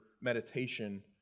meditation